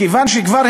מכיוון שכבר,